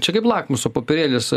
čia kaip lakmuso popierėlis